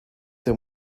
that